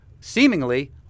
seemingly